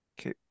Okay